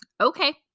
Okay